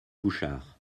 bouchard